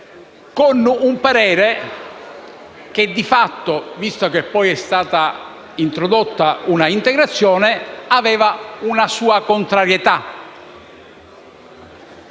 con un parere che di fatto, visto che poi è stata introdotta un'integrazione, aveva una sua contrarietà.